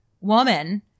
woman